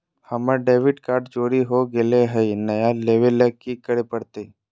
हमर debit card चोरी हो गेले हई, नया लेवे ल की करे पड़तई?